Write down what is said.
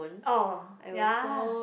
orh ya